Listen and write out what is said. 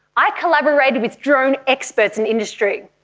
i collaborated with drone experts in industry,